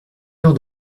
heure